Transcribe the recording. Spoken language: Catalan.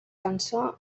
cançó